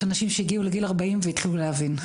יש אנשים הגיעו לגיל 40 והתחילו להבין.